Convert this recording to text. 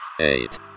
eight